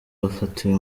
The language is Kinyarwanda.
bafatiwe